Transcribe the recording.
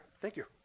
thank you.